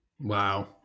Wow